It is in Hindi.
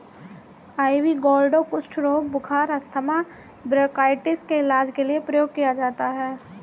आइवी गौर्डो कुष्ठ रोग, बुखार, अस्थमा, ब्रोंकाइटिस के इलाज के लिए प्रयोग किया जाता है